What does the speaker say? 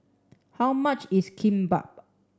how much is Kimbap